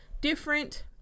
different